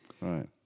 Right